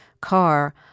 car